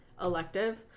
elective